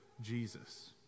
Jesus